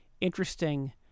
interesting